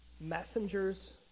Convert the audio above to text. messengers